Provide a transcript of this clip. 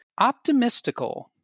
Optimistical